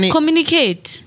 Communicate